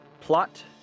plot